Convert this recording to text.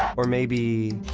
or maybe.